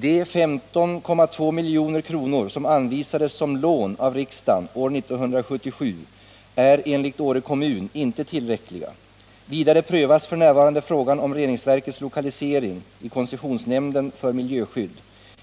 De 15,2 milj.kr. som anvisades som lån av riksdagen år 1977 är enligt Åre kommun inte tillräckliga. Vidare prövas f. n. frågan om reningsverkets lokalisering i koncessionsnämnden för miljöskydd.